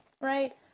right